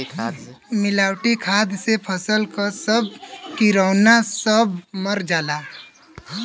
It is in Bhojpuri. मिलावटी खाद से फसल क सब किरौना सब मर जाला